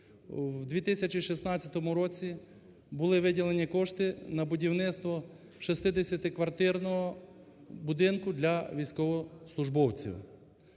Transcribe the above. в 2016 році були виділені кошти на будівництво шестидесятиквартирного будинку для військовослужбовців.